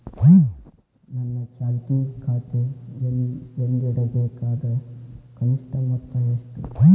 ನನ್ನ ಚಾಲ್ತಿ ಖಾತೆಯಲ್ಲಿಡಬೇಕಾದ ಕನಿಷ್ಟ ಮೊತ್ತ ಎಷ್ಟು?